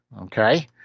okay